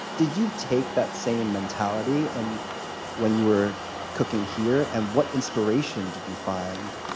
did you take that same mentality and when you were cooking here? and what inspiration did you find